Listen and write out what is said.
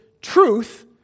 truth